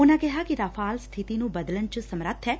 ਉਨਾਂ ਕਿਹਾ ਕਿ ਰਾਫਾਲ ਸਬਿਤੀ ਨੂੰ ਬਦਲਣ ਚ ਸਮਰਥ ਐ